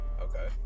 Okay